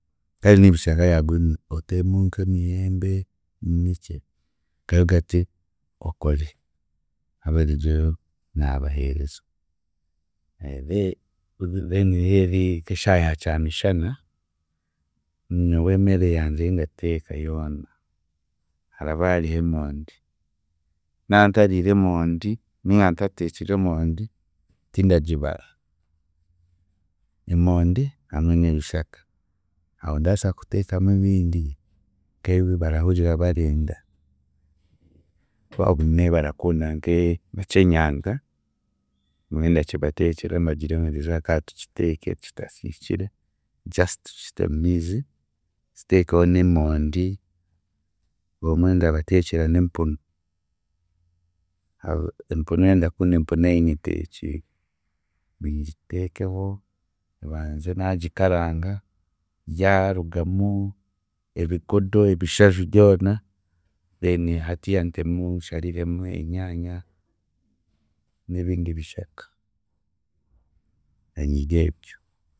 Kare n'ebishaka bya green nteekemu nk'emiyembe, niki nka yoghurt okore, abariryo naabaheereza then, then yaaba y'eri nk'eshaaha ya kyamishana, nyowe emere yangye yindateeka yoona haraba hariho emondi. Nantariire emondi ninga ntateekire emondi, tindagibara, emondi hamwe n'ebishaka aho ndaasa kuteekamu ebindi nk'ebi barahurira barenda obumwe barakunda nk'eky'enyanja bumwe ndakibateekyera mbagire ngu eriizooba katukiteeke kitasiikire just tukite mu miizi, tuteekeho n'emondi, obumwe ndabateekyera n'empunu aho empunu ndakunda empunu ei nyeteekiire, ngiteekeho, mbanze naagikaranga, yaarugamu ebigodo, ebishaju byona then hatiiya ntemu nshariremu enyaanya, n'ebindi bishaka nibyebyo